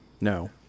No